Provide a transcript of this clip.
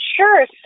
Sure